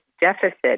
deficit